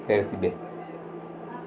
safe गै